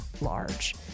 large